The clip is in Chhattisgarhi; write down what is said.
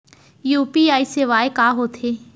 यू.पी.आई सेवाएं का होथे?